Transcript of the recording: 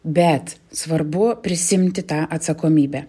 bet svarbu prisiimti tą atsakomybę